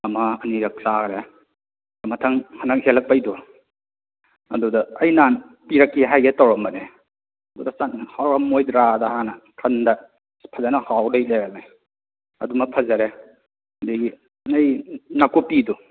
ꯑꯃ ꯑꯅꯤꯔꯛ ꯆꯥꯈ꯭ꯔꯦ ꯃꯊꯪ ꯍꯟꯗꯛ ꯍꯦꯛꯂꯛꯄꯩꯗꯣ ꯑꯗꯨꯗ ꯑꯩ ꯅꯍꯥꯟ ꯄꯤꯔꯛꯀꯦ ꯍꯥꯏꯒꯦ ꯇꯧꯔꯝꯕꯅꯦ ꯑꯗꯨꯗ ꯇꯟꯗꯅ ꯍꯥꯎꯔꯝꯃꯣꯏꯗ꯭ꯔꯅ ꯍꯥꯟꯅ ꯈꯟꯕ ꯐꯖꯟꯅ ꯍꯥꯎ ꯂꯩ ꯂꯩꯔꯝꯃꯦ ꯑꯗꯨꯃ ꯐꯖꯔꯦ ꯑꯗꯒꯤ ꯅꯣꯏ ꯅꯥꯛꯀꯨꯞꯄꯤꯗꯣ